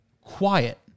quiet